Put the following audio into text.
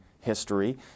history